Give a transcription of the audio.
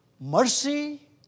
mercy